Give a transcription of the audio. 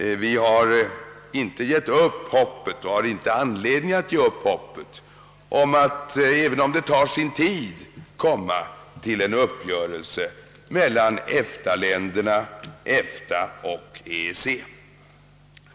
Vi har inte givit upp hoppet och har ingen anledning att ge upp hoppet om att komma till en uppgörelse mellan EFTA och EEC, även om det tar sin tid.